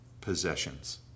possessions